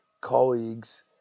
colleagues